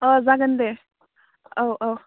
अ जागोन दे औ औ